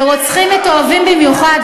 לרוצחים מתועבים במיוחד,